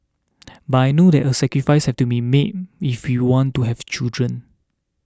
but I know that a sacrifice has to be made if we want to have children